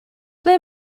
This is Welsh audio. ble